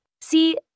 See